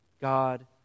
God